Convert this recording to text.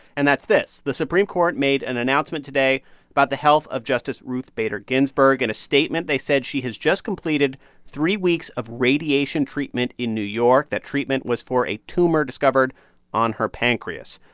and that's this the supreme court made an announcement today about the health of justice ruth bader ginsburg. in a statement, they said she has just completed three weeks of radiation treatment in new york. that treatment was for a tumor discovered on her pancreas.